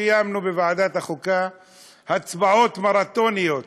קיימנו בוועדת החוקה הצבעות מרתוניות